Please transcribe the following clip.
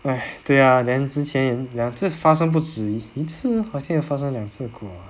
!hais! 对呀 then 之前两次发生不止一次好像发生两次过